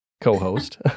co-host